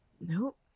Nope